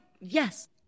Yes